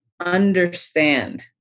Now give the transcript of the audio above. understand